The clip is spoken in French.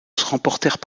remportèrent